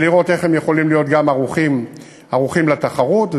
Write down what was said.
כדי לראות איך הם יכולים להיות ערוכים לתחרות,